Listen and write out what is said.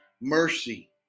mercy